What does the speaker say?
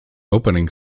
opening